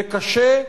זה קשה,